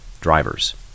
drivers